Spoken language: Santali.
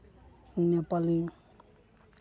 ᱱᱮᱯᱟᱞᱤ